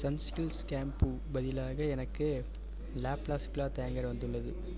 Sunsilks shampoo பதிலாக எனக்கு லாப்ளாஸ்ட் கிளாத் ஹேங்கர் வந்துள்ளது